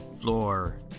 floor